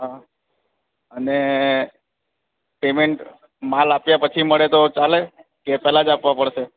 હા અને પેમેન્ટ માલ આપ્યા પછી મળે તો ચાલે કે પેલા જ આપવા પડશે